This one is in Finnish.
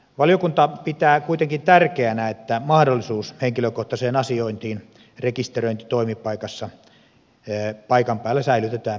valiokunta pitää kuitenkin tärkeänä että mahdollisuus henkilökohtaiseen asiointiin rekisteröintitoimipaikassa paikan päällä säilytetään myös jatkossa